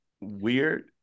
weird